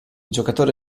giocatore